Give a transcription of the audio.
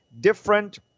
different